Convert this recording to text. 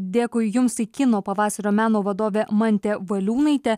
dėkui jums tai kino pavasario meno vadovė mantė valiūnaitė